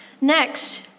next